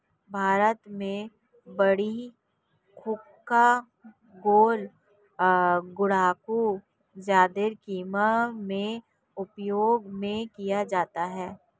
भारत में बीड़ी हुक्का गुल गुड़ाकु जर्दा किमाम में उपयोग में किया जाता है